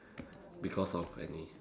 because of any